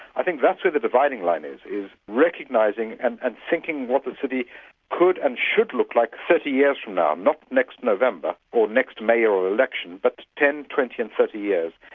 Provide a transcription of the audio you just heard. i think that's where the dividing line is, is recognising and and thinking what the city could and should look like thirty years from now, not next november or next mayoral election, but ten, twenty and thirty years.